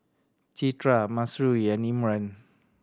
Citra Mahsuri and Imran